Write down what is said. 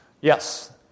Yes